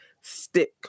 stick